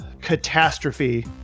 catastrophe